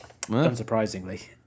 unsurprisingly